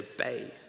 obey